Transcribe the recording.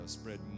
Spread